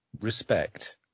respect